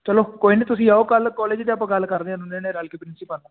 ਚਲੋ ਕੋਈ ਨਹੀਂ ਤੁਸੀਂ ਆਓ ਕੱਲ੍ਹ ਕੋਲੇਜ ਅਤੇ ਆਪਾਂ ਗੱਲ ਕਰਦੇ ਹਾਂ ਦੋਨੋਂ ਜਣੇ ਰਲ ਕੇ ਪ੍ਰਿੰਸੀਪਲ ਨਾਲ